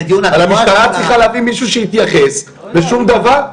אבל המשטרה צריכה להביא מישהו שיתייחס ושום דבר?